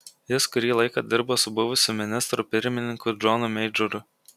jis kurį laiką dirbo su buvusiu ministru pirmininku džonu meidžoru